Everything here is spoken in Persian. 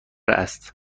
است